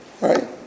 right